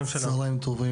זמני נסיעה ארוכים,